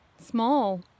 small